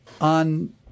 on